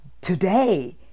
today